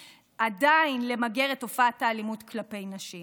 עדיין למגר את תופעת האלימות כלפי נשים.